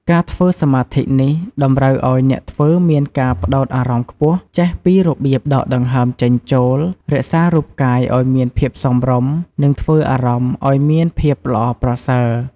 ការធ្វើសមាធិនេះ តម្រូវឲ្យអ្នកធ្វើមានការផ្ដោតអារម្មណ៍ខ្ពស់ ចេះពីរបៀបដកដង្ហើមចេញចូល រក្សារូបកាយឲ្យមានភាពសមរម្យ និងធ្វើអារម្មណ៍ឲ្យមានភាពល្អប្រសើរ។